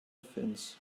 offense